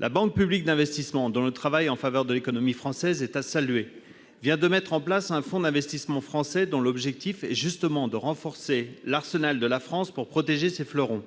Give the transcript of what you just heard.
La Banque publique d'investissement, Bpifrance, dont le travail en faveur de l'économie française est à saluer, vient de mettre en place un fonds d'investissement français, dont l'objectif est, justement, de renforcer l'arsenal de notre pays pour protéger ses fleurons